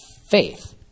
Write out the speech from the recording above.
faith